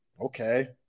Okay